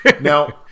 Now